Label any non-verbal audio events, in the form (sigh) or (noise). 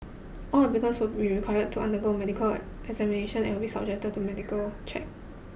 all applicants will be required to undergo a medical (unintelligible) examination and will be subject to medical check